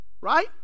right